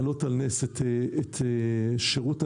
את זה אנחנו צריכים לזכור,